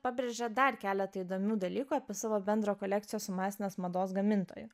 pabrėžė dar keletą įdomių dalykų apie savo bendro kolekcijos masinės mados gamintoją